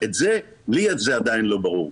לי את זה עדיין לא ברור.